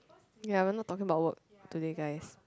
ya we're not talking about work today guys